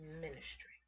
ministry